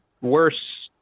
worse